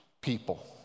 people